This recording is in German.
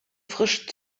frisch